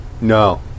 No